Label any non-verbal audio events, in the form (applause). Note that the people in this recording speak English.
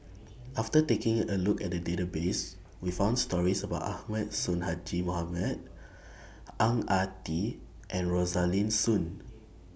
(noise) after taking A Look At The Database We found stories about Ahmad Sonhadji Mohamad Ang Ah Tee and Rosaline Soon